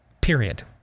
Period